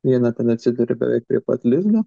viena ten atsiduria beveik prie pat lizdo